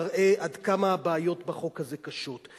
מראה עד כמה הבעיות בחוק הזה קשות,